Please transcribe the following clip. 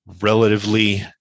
relatively